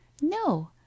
no